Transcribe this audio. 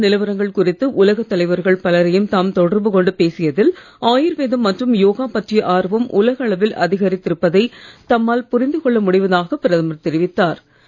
corona நிலவரங்கள் குறித்து உலகத் தலைவர்கள் பலரையும் தாம் தொடர்பு கொண்டு பேசியதில் ஆயுர்வேதம் மற்றும் யோகா பற்றிய ஆர்வம் உலக அளவில் அதகரித்திருப்பதை தம்மால் புரிந்துகொள்ள முடிவதாக பிரதமர் தெரிவித்தார்